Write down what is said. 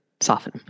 soften